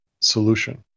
solution